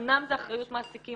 אמנם זו אחריות מעסיקים,